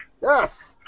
Yes